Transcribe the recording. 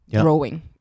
growing